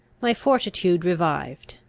my fortitude revived.